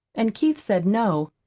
and keith said no,